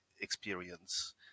experience